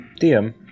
DM